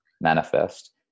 manifest